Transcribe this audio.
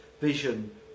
vision